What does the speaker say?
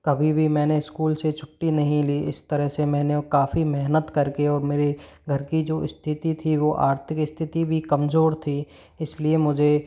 कभी भी मैंने स्कूल से छुट्टी नहीं ली इस तरह से मैंने काफ़ी मेहनत करके वो मेरे घर की जो स्थिति थी वो आर्थिक स्थिति भी कमज़ोर थी इसलिए मुझे